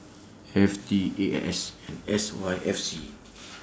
F T A X S and S Y F C